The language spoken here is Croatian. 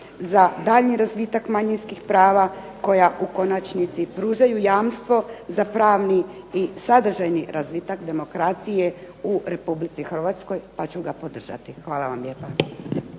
za daljnji razvitak manjinskih prava koja u konačnici pružaju jamstvo za pravni i sadržajni razvitak demokracije u Republici Hrvatskoj, pa ću ga podržati. Hvala vam lijepa.